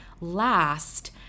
last